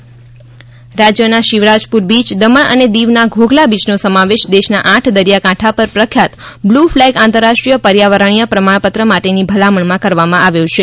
પ્રકાશ જાવડેકર રાજ્યના Shivrajpur beach Daman અને દીવ ના ઘોઘલા બીયનો સમાવેશ દેશના આઠ દરિયાકાંઠા પર પ્રખ્યાત બ્લુ ફલેગ આંતરરાષ્ટ્રીય પર્યાવરણીય પ્રમાણપત્ર માટેની ભલામણમાં કરવામાં આવ્યો છે